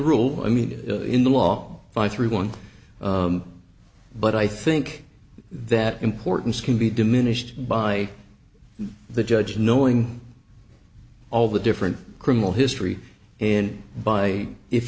rule i mean in the law five three one but i think that importance can be diminished by the judge knowing all the different criminal history in buy if